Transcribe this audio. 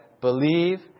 Believe